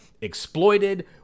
exploited